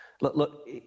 Look